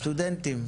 סטודנטים?